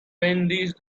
brandished